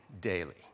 daily